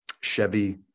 Chevy